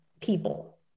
people